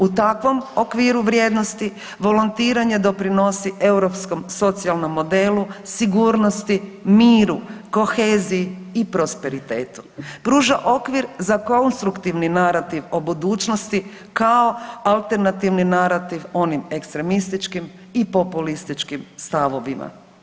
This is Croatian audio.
U takvom okviru vrijednosti volontiranje doprinosi europskom socijalnom modelu sigurnosti, miru, koheziji i prosperitetu, pruža okvir za konstruktivni narativ o budućnosti kao alternativni narativ onim ekstremističkim i populističkim stavovima.